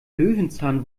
löwenzahn